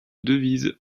devise